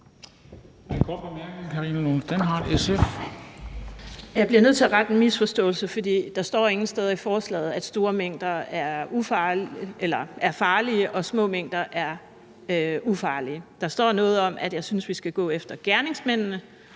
Jeg bliver nødt til at rette en misforståelse, for der står ingen steder i forslaget, at store mængder er farlige og små mængder er ufarlige. Der står noget om, at jeg synes, vi skal gå efter gerningsmændene,